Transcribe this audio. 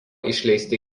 išleisti